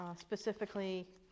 specifically